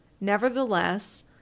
nevertheless